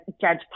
Judge